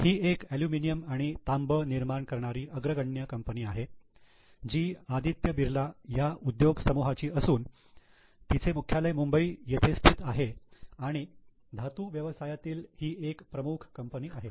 ही एक एल्युमिनियम आणि तांब निर्माण करणारी अग्रगण्य कंपनी आहे जी आदित्य बिर्ला या उद्योग समूहाची असून तिचे मुख्यालय मुंबई येथे स्थित आहे आणि धातू व्यवसायातील ही एक प्रमुख कंपनी आहे